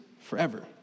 forever